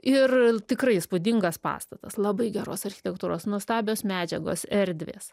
ir tikrai įspūdingas pastatas labai geros architektūros nuostabios medžiagos erdvės